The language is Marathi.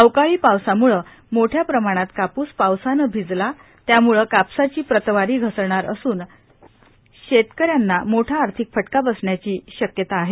अवकाळी पावसामूळ मोठ्या प्रमाणात काप्स पावसात भिजला त्यामूळं कापसाची प्रतवारी घसरणार असून शेतकऱ्यांना मोठा आर्थिक फटका बसण्याची शक्यता आहे